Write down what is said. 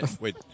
Wait